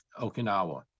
Okinawa